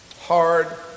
Hard